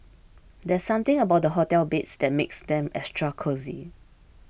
there's something about the hotel beds that makes them extra cosy